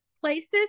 places